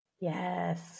Yes